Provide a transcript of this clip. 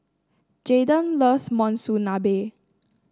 Jaiden loves Monsunabe